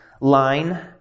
line